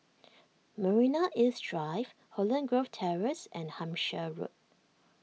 Marina East Drive Holland Grove Terrace and Hampshire Road